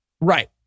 Right